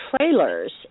trailers